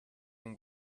room